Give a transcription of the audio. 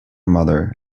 mother